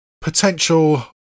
potential